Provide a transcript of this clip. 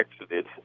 exited